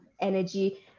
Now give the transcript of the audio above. energy